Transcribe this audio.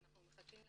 אנחנו מחכים להחלטה,